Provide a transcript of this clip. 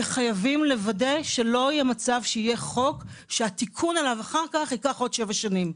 וחייבים לוודא שלא יהיה חוק שהתיקון עליו אחר כך ייקח עוד שבע שנים.